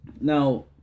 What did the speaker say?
Now